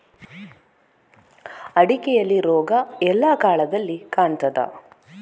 ಅಡಿಕೆಯಲ್ಲಿ ರೋಗ ಎಲ್ಲಾ ಕಾಲದಲ್ಲಿ ಕಾಣ್ತದ?